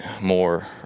more